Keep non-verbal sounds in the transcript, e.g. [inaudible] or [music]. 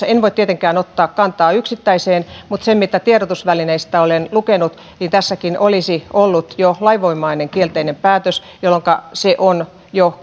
[unintelligible] en voi tietenkään ottaa kantaa yksittäiseen tapaukseen mutta sen mukaan mitä tiedotusvälineistä olen lukenut tässäkin olisi ollut jo lainvoimainen kielteinen päätös jolloinka se on jo [unintelligible]